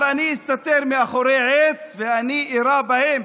הוא אמר: אני אסתתר מאחורי עץ ואני אירה בהם,